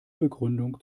begründung